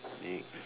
next